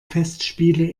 festspiele